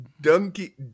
Donkey